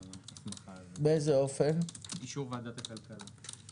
ההסמכה הזאת אישור ועדת הכלכלה.